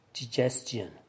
digestion